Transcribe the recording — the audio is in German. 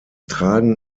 tragen